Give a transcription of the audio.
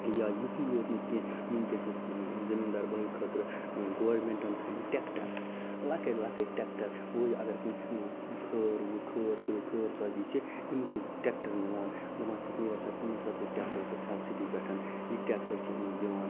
یا یُتٕے یوت نہٕ کیٚنٛہہ وُنٛکیٚن چھُ اسہِ ٲں زمیٖندار بھٲے خٲطرٕ ٲں گورمنٹَن تھٲیمتۍ ٹرٛیٚکٹر لۄکٕٹۍ لۄکٕٹۍ ٹرٛیٚکٹر وۄنۍ اگر کٲنٛسہِ خٲر وُہ خٲر ترٕہ خٲر ژَتجی چھِ أمس چھُ ٹرٛیٚکٹر میلان دپان چھِس نیر سا نہِ سا ژٕ ٹرٛیٚکٹر ژےٚ سبسڈی پٮ۪ٹھ یہِ ٹرٛیٚکٹر چھِ أمس دِوان